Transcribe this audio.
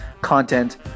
content